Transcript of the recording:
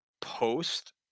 Post